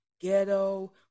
ghetto